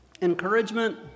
Encouragement